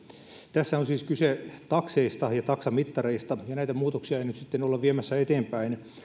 tässä on kyse takseista ja taksamittareista ja näitä muutoksia ei nyt sitten olla viemässä eteenpäin